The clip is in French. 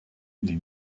les